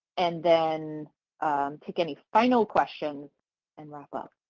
and then take any final questions and wrap up.